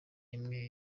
imwe